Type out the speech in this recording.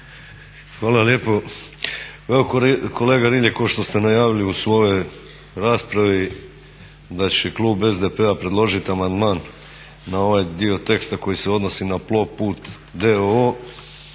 Hvala lijepo. Pa evo kolega Rilje, kao što ste najavili u svojoj raspravi da će klub SDP-a predložiti amandman na ovaj dio teksta koji se odnosi na Plovput